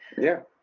yeah.